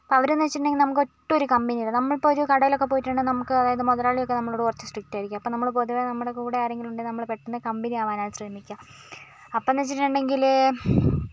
അപ്പോൾ അവരെന്ന് വെച്ചിട്ടുണ്ടെങ്കിൽ നമുക്കൊട്ടും ഒര് കമ്പനി അല്ല നമ്മളിപ്പോൾ ഒരു കടയിലൊക്കെ പോയിട്ടുണ്ടെങ്കിൽ നമുക്ക് അതായത് മുതലാളിയൊക്കെ നമ്മളോട് കുറച്ച് സ്ട്രിക്ട് ആയിരിക്കും അപ്പോൾ നമ്മള് പൊതുവെ നമ്മുടെ കൂടെ ആരെങ്കിലും ഉണ്ടെങ്കിൽ നമ്മള് പെട്ടന്ന് കമ്പനിയാവാനാണ് ശ്രമിക്കുക അപ്പമെന്ന് വെച്ചിട്ടുണ്ടെങ്കിൽ